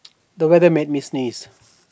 the weather made me sneeze